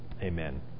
Amen